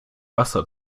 wasser